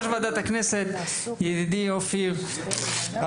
הכנסת ידידי אופיר,